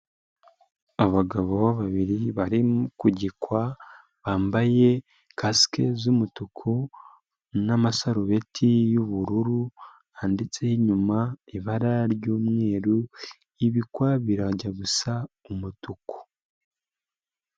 Abagabo babiri bari ku gikwa bambaye kasike z'umutuku n'amasarubeti y'ubururu, handitseho inyuma ibara ry'umweru, ibikwa birajya gusa umutuku.